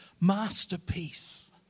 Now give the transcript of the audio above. masterpiece